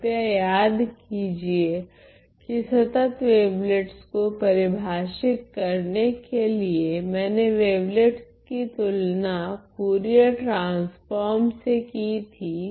कृप्या याद कीजिए कि संतत् वेवलेट्स को परिभाषित करने के लिए मैंने वेवलेट्स कि तुलना फुरियर ट्रांसफोर्म से कि थी